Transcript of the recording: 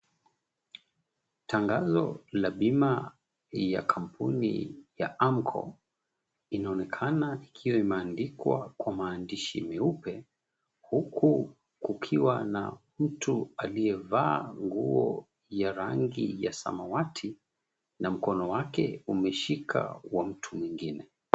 Tangazo la bima ya kampuni ya Amko inaonekana ikiwa imeandikwa kwa maandishi meupe, huku kukiwa na mtu aliyevaa nguo ya rangi ya samawati, na mkono wake umeshika 𝑤𝑎 mtu mwingine.